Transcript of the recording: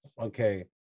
Okay